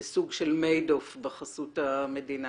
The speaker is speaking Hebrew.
בסוג של מיידוף בחסות המדינה.